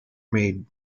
made